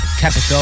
Capital